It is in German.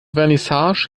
vernissage